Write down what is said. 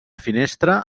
finestra